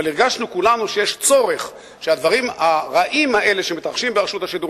אבל הרגשנו כולנו שיש צורך שהדברים הרעים האלה שמתרחשים ברשות השידור,